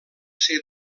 ser